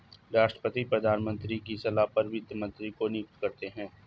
राष्ट्रपति प्रधानमंत्री की सलाह पर वित्त मंत्री को नियुक्त करते है